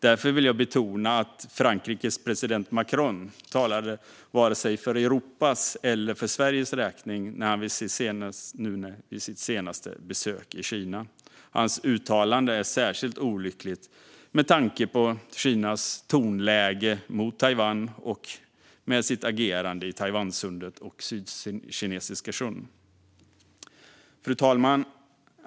Därför vill jag betona att Frankrikes president Macron varken talade för Europas eller för Sveriges räkning nu vid sitt senaste besök i Kina. Hans uttalande är särskilt olyckligt med tanke på Kinas tonläge mot Taiwan och agerande i Taiwansundet och i Sydkinesiska sjön. Fru talman!